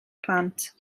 plant